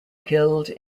killed